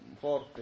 forte